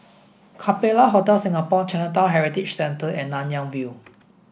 Capella Hotel Singapore Chinatown Heritage Centre and Nanyang View